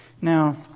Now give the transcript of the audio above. Now